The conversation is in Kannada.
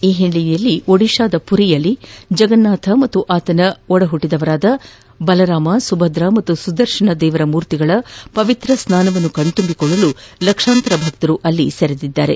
ಈ ಹಿನ್ನೆಲೆಯಲ್ಲಿ ಒಡಿಶಾದ ಪುರಿಯಲ್ಲಿ ಜಗನ್ನಾಥ ಮತ್ತು ಆತನ ಒಡಹುಟ್ಟಿದವರಾದ ಬಲರಾಮ ಸುಭದ್ರ ಮತ್ತು ಸುದರ್ಶನ ದೇವರ ಮೂರ್ತಿಗಳ ಪವಿತ್ರ ಸ್ವಾನವನ್ನು ಕಣ್ತುಂಬಿಕೊಳ್ಳಲು ಲಕ್ಷಾಂತರ ಭಕ್ತರು ನೆರೆದಿದ್ದಾರೆ